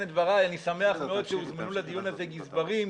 את דבריי אני שמח מאוד שהוזמנו לדיון הזה גזברים,